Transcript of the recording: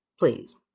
Please